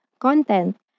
Content